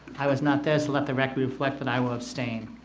i was not there so let the record reflect that i will abstain